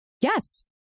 Yes